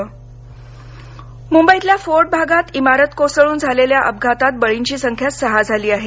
मुंबई इमारत मुंबईतल्या फोर्ट भागात इमारत कोसळून झालेल्या अपघातात बळींची संख्या सहा झाली आहे